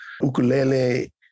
ukulele